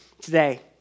today